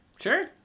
Sure